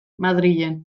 madrilen